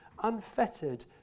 unfettered